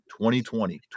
2020